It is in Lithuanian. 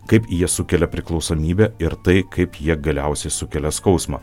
kaip jie sukelia priklausomybę ir tai kaip jie galiausiai sukelia skausmą